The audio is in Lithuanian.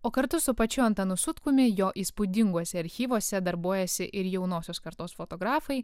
o kartu su pačiu antanu sutkumi jo įspūdinguose archyvuose darbuojasi ir jaunosios kartos fotografai